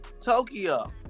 Tokyo